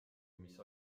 mis